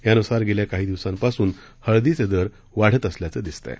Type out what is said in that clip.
यानुसार गेल्या काही दिवसांपासून हळदीचे दर वाढत असल्याचं दिसत आहे